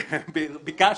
ביקשת.